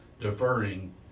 deferring